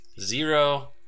zero